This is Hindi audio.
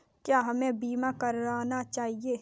क्या हमें बीमा करना चाहिए?